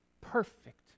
perfect